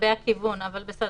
אבל בסדר.